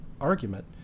argument